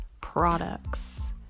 products